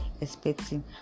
expecting